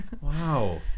wow